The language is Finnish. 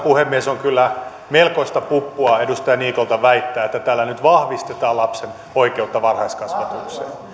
puhemies on kyllä melkoista puppua edustaja niikolta väittää että tällä nyt vahvistetaan lapsen oikeutta varhaiskasvatukseen